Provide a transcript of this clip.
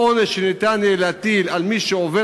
העונש שיהיה אפשר להטיל על מי שעובר